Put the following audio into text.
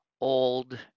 old